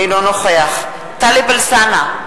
אינו נוכח טלב אלסאנע,